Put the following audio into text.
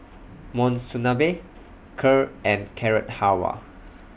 Monsunabe Kheer and Carrot Halwa